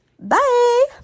Bye